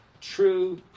true